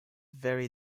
very